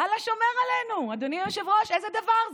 אללה שומר עלינו, אדוני היושב-ראש, איזה דבר זה.